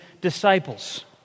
disciples